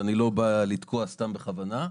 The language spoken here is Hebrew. ואני לא בא לתקוע סתם בכוונה.